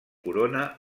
corona